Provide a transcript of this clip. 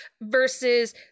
versus